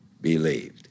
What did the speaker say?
believed